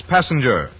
Passenger